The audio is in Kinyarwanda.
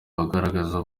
bagaragaza